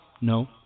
No